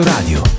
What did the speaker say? Radio